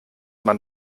man